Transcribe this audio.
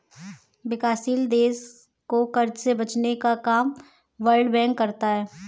विकासशील देश को कर्ज से बचने का काम वर्ल्ड बैंक करता है